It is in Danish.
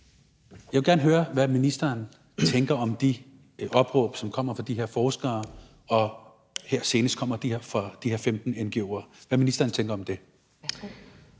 Jeg vil gerne høre, hvad ministeren tænker om de opråb, som kommer fra de her forskere, og som senest er kommet fra de her 15 ngo'ere. Hvad tænker ministeren om det?